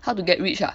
how to get rich ah